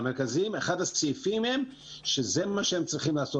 אחד הסעיפים שזה מה שהם צריכים לעשות.